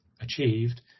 achieved